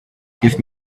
give